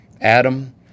Adam